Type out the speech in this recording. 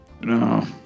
No